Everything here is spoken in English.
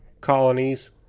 colonies